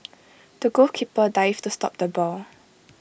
the goalkeeper dived to stop the ball